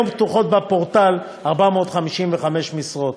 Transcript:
היום פתוחות בפורטל 455 משרות.